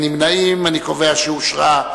להצביע.